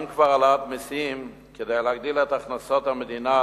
אם כבר העלאת מסים כדי להגדיל את הכנסות המדינה,